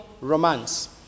romance